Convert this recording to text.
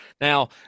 Now